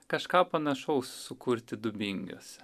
kažką panašaus sukurti dubingiuose